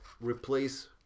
replace